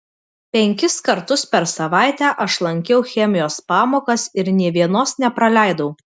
penkis kartus per savaitę aš lankiau chemijos pamokas ir nė vienos nepraleidau